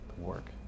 work